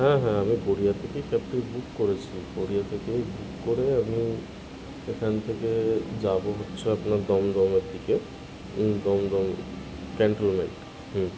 হ্যাঁ হ্যাঁ আমি গড়িয়া থেকেই ক্যাবটি বুক করেছি গড়িয়া থেকেই বুক করে আমি এখান থেকে যাবো হচ্ছে আপনার দমদমের দিকে দম দম ক্যান্টেনমেন্ট হুম